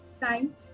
time